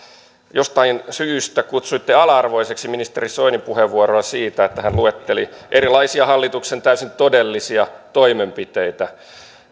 jostain syystä kutsuitte ala arvoiseksi ministeri soinin puheenvuoroa siitä että hän luetteli erilaisia hallituksen täysin todellisia toimenpiteitä